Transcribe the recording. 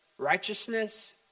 Righteousness